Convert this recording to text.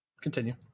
Continue